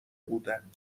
بودند